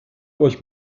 euch